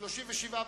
נתקבלה.